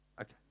Okay